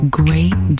great